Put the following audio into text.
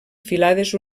filades